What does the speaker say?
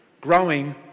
Growing